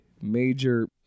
Major